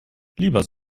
lieber